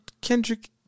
Kendrick